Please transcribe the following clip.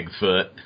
Bigfoot